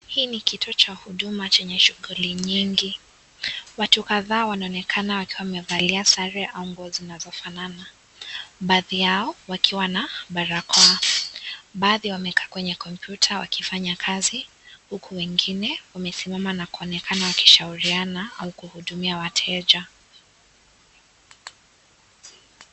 Hii ni kituo cha huduma chenye shughuli nyingi. Watu kadhaa wanaonekana wakiwa wamevalia sare au nguo zinazofanana. Baadhi yao wakiwa na barakoa, baadhi wamekaa kwenye kompyuta wakifanya kazi huku wengine wamesimama na kuonekana wakishauriana au kuhudumia wateja.